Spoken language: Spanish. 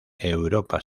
europa